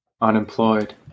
Unemployed